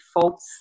folds